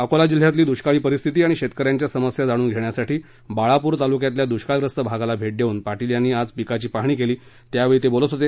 अकोला जिल्ह्यातली दृष्काळी परिस्थिती आणि शेतकऱ्यांच्या समस्या जाणून घेण्यासाठी बाळापूर तालुक्यातल्या दृष्काळग्रस्त भागाला भेट देऊन पाटील यांनी आज पिकाची पाहणी केली त्यावेळी ते बोलत होते